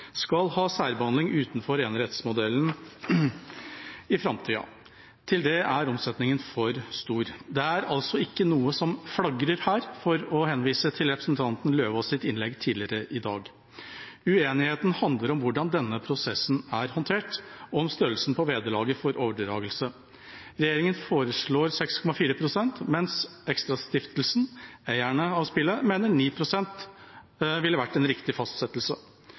skal ha særbehandling utenfor enerettsmodellen i framtida. Til det er omsetninga for stor. Det er altså ikke noe som «flagrer» her – for å henvise til representanten Eidem Løvaas’ innlegg tidligere i dag. Uenigheten handler om hvordan denne prosessen er håndtert, og om størrelsen på vederlaget for overdragelse. Regjeringen foreslår 6,4 pst., mens ExtraStiftelsen, eierne av spillet, mener at 9 pst. ville vært en riktig fastsettelse.